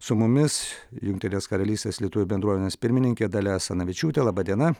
su mumis jungtinės karalystės lietuvių bendruomenės pirmininkė dalia asanavičiūtė laba diena